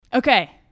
Okay